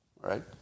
right